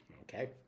Okay